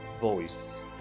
voice